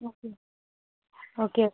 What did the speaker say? okay okay